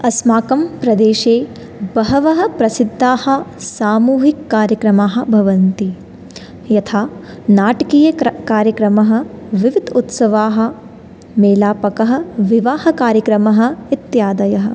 अस्माकं प्रदेशे बहवः प्रसिद्धाः सामूहिककार्यक्रमाः भवन्ति यथा नाटकीय क्रा कार्यक्रमः विविध उत्सवाः मेलापकः विवाहकार्यक्रमः इत्यादयः